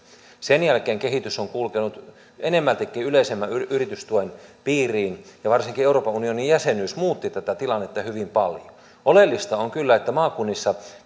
sen jälkeen kehitys on kulkenut enemmältikin yleisemmän yritystuen piiriin ja varsinkin euroopan unionin jäsenyys muutti tätä tilannetta hyvin paljon oleellista on kyllä että maakunnissa